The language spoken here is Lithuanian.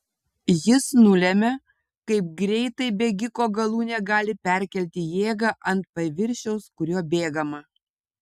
jis nulemia kaip greitai bėgiko galūnė gali perkelti jėgą ant paviršiaus kuriuo bėgama